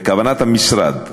וכוונת המשרד,